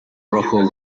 rojo